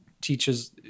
teaches